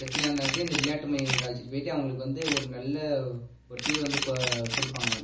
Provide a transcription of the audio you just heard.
பிரச்சனையாக இருந்தாலும் சரி இந்த விளையாட்டு மையங்களுக்கு அழைச்சிட்டு போயிவிட்டு அவங்களுக்கு வந்து ஒரு நல்ல ஒரு தீர்வு வந்து கு கொடுப்பாங்க